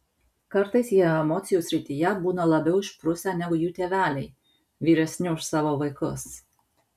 kartais jie emocijų srityje būna labiau išprusę negu jų tėveliai vyresni už savo vaikus